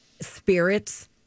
spirits